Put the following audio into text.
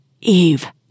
Eve